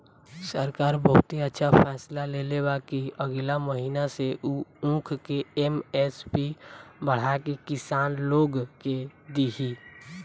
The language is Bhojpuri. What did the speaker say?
सरकार बहुते अच्छा फैसला लेले बा कि अगिला महीना से उ ऊख के एम.एस.पी बढ़ा के किसान लोग के दिही